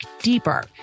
deeper